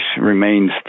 remains